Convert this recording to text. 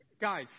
Guys